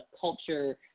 culture